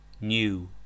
New